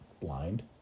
blind